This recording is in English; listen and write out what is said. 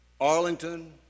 Arlington